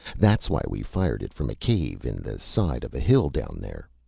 that's why we fired it from a cave in the side of a hill down there.